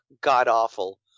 god-awful